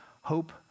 Hope